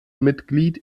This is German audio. mitglied